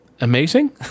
amazing